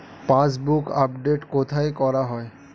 Passbook update কোথায় করা হয়?